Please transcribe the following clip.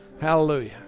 Hallelujah